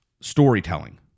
storytelling